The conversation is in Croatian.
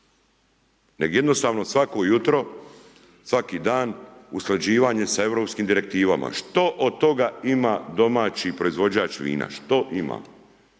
nego jednostavno svako jutro, svaki dan usklađivanje sa europskim direktivama, što od toga ima domaći proizvođač vina, što ima?